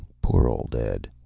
poor old ed,